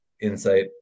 insight